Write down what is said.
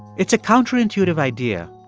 it's a counterintuitive idea.